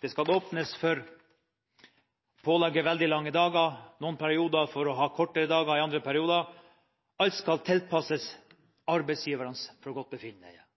Det skal åpnes for å pålegge veldig lange dager i noen perioder og kortere dager i andre perioder. Alt skal tilpasses arbeidsgivernes